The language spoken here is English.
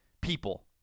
people